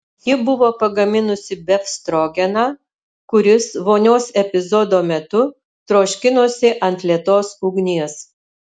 ji buvo pagaminusi befstrogeną kuris vonios epizodo metu troškinosi ant lėtos ugnies